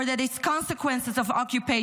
or that "it’s a consequence of occupation."